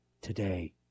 today